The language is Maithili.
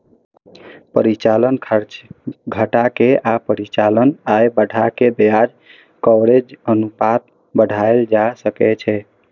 परिचालन खर्च घटा के आ परिचालन आय बढ़ा कें ब्याज कवरेज अनुपात बढ़ाएल जा सकै छै